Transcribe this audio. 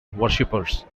worshippers